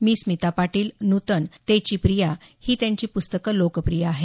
मीस्मिता पाटील नूतन तेंची प्रिया ही त्यांची पुस्तकं लोकप्रिय आहेत